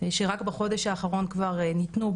שרק בחודש האחרון ניתנו.